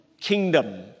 kingdom